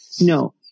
no